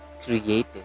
creative